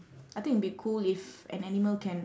I think it'll be cool if an animal can